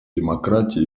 демократии